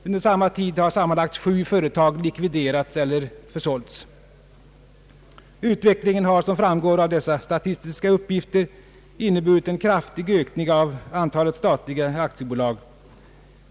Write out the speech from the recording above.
Under denna tid har sammanlagt 7 företag likviderats eller försålts. Utvecklingen har, som framgår av dessa statistiska uppgifter, inneburit en kraftig ökning av antalet statliga aktiebolag.